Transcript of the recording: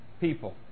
people